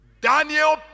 Daniel